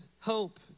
Hope